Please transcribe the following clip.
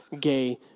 gay